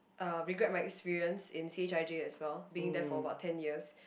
uh regret my experience in c_h_i_j as well being there for about ten years